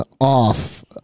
off